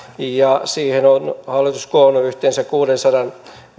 ja siihen on hallitus koonnut yhteensä kuudensadan